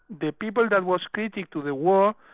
the people that was critic to the war,